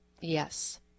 Yes